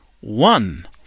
one